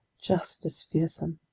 just as fearsome!